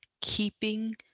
Keeping